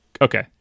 okay